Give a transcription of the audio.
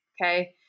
Okay